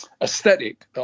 aesthetic